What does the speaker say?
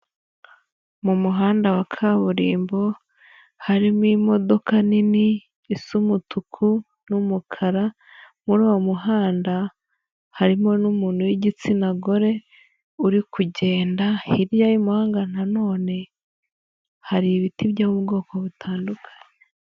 Mu muhanda wa kaburimbo, harimo imodoka nini isa umutuku n'umukara, muri uwo muhanda harimo n'umuntu w'igitsina gore, uri kugenda hirya y'umuhanda naone hari ibiti byo mu bwoko butandukanye.